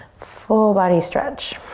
full body stretch.